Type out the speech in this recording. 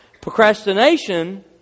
Procrastination